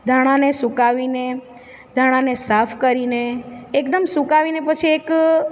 ધાણાને સૂકાવીને ધાણાને સાફ કરીને એકદમ સૂકાવીને પછી એક